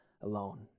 alone